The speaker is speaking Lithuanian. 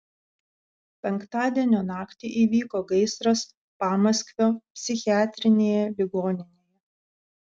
penktadienio naktį įvyko gaisras pamaskvio psichiatrinėje ligoninėje